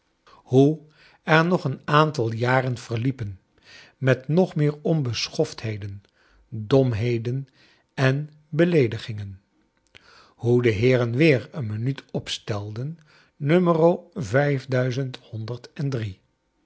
hoe er nog een aantal jaren verliepen met nog meer onbeschoftheden domheden en beleedigingen hoe de heeren weer een minuut opstelden no